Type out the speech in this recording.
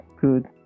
good